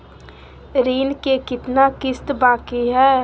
ऋण के कितना किस्त बाकी है?